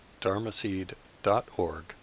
dharmaseed.org